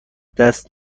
دست